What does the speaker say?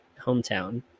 hometown